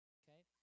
okay